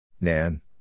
Nan